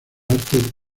artes